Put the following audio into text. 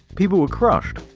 people were crushed,